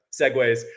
segues